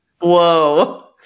Whoa